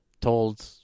told